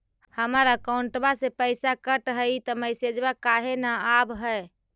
हमर अकौंटवा से पैसा कट हई त मैसेजवा काहे न आव है?